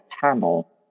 panel